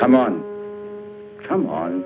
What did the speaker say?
come on come on